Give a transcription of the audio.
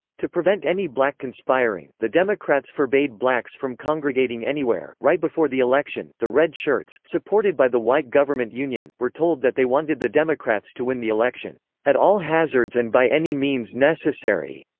to prevent any black conspiring, the democrats forbade blacks from congregating anywhere right before the election, the red shirts, supported by the white government union, were told that they wanted the democrats to win the election at all hazards and by any means necessary.